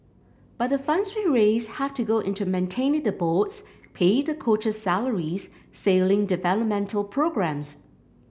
but the funds we raise have to go into maintaining the boats pay the coaches salaries sailing developmental programmes